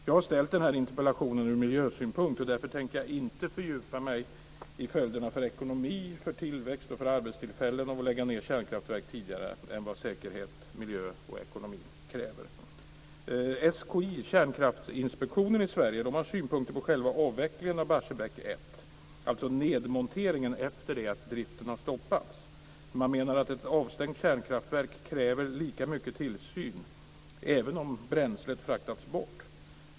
Jag har ställt den här interpellationen ur miljösynpunkt. Därför tänker jag inte fördjupa mig i följderna för ekonomi, tillväxt och arbetstillfällen av att lägga ned kärnkraftverk tidigare än vad säkerhet, miljö och ekonomi kräver. SKI, Kärnkraftsinspektionen i Sverige, har synpunkter på själva avvecklingen av Barsebäck 1, alltså nedmonteringen efter det att driften har stoppats. Man menar att ett avstängt kärnkraftverk kräver lika mycket tillsyn även om bränslet fraktats bort.